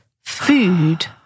food